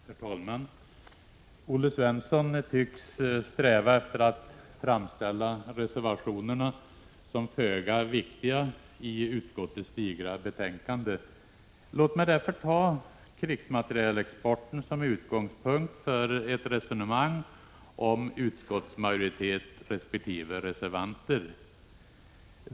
Herr talman! Olle Svensson tycks sträva efter att framställa reservationerna som föga viktiga i utskottets digra betänkande. Låt mig därför ta krigsmaterielexporten som utgångspunkt för ett resonemang om utskottsmajoritet resp. reservanter.